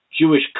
Jewish